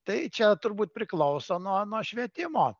tai čia turbūt priklauso nuo nuo švietimo